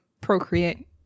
procreate